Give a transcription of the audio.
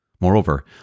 Moreover